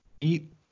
eat